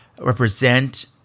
represent